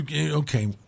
okay